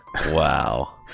Wow